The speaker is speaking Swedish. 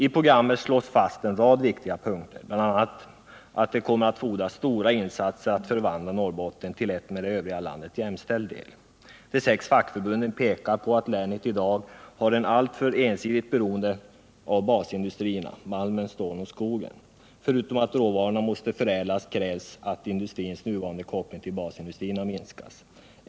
I programmet slås fast en rad viktiga punkter, bl.a. att det kommer att fordras stora insatser för att förvandla Norrbotten till en med övriga landet jämställd del. De sex fackförbunden påpekar att länet i dag har ett alltför ensidigt beroende av basindustrierna, grundade på malmen, stålet och skogen. Förutom att råvarorna måste förädlas ytterligare krävs att industrins nuvarande koppling till basindustrierna minskas.